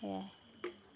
সেয়াই